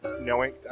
knowing-